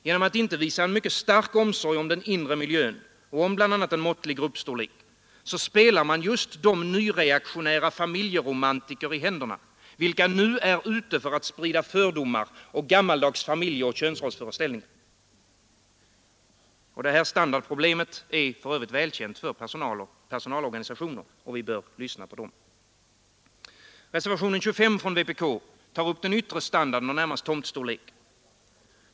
Genom att inte visa mycket stor omsorg om den inre miljön och om bl.a. en måttlig gruppstorlek spelar man just de nyreaktionära familjeromantikerna i händerna som nu är ute för att sprida fördomar och gammaldags familjeoch könsrollsföreställningar. Detta standardproblem är för övrigt välkänt för personal och personalorganisationer, och vi bör lyssna på dem. Reservationen 25 från vpk tar upp den yttre standarden, närmast tomtstorleken.